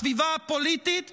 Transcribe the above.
הסביבה הפוליטית והמקצועית,